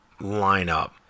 lineup